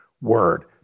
word